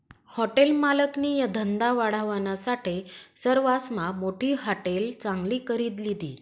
hotel मालकनी धंदा वाढावानासाठे सरवासमा मोठी हाटेल चांगली करी लिधी